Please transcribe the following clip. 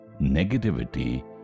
negativity